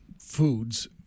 foods